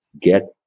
get